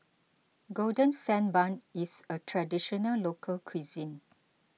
Golden Sand Bun is a Traditional Local Cuisine